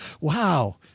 Wow